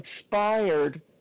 inspired